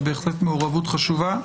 זו בהחלט מעורבות חשובה.